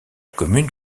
commune